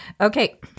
okay